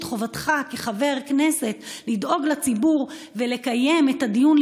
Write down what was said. חובתך כחבר הכנסת לדאוג לציבור ולקיים את הדיון,